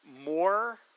more